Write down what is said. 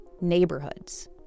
neighborhoods